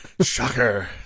Shocker